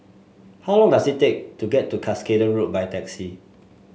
how long does it take to get to Cuscaden Road by taxi